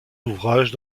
ouvrages